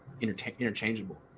interchangeable